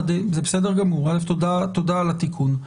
תודה על התיקון.